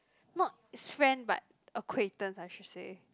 not is friend but acquaintance I should say